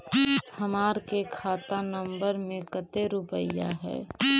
हमार के खाता नंबर में कते रूपैया है?